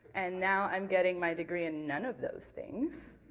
and now i'm getting my degree in none of those things.